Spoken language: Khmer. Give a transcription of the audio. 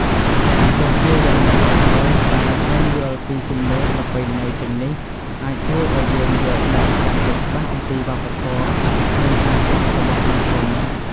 ទោះជាយ៉ាងណាក៏ដោយ ការស្វែងយល់ពីជំនឿប្រពៃណីទាំងនេះអាចជួយឱ្យយើងយល់ដឹងកាន់តែច្បាស់អំពីវប្បធម៌ និងការគិតរបស់សង្គម។